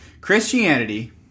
Christianity